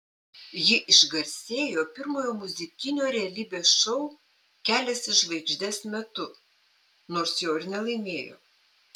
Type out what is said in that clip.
ji išgarsėjo pirmojo muzikinio realybės šou kelias į žvaigždes metu nors jo ir nelaimėjo